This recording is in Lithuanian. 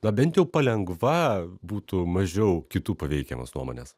dabinti jau palengva būtų mažiau kitų paveikiamas nuomones